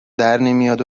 درنمیاد